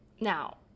Now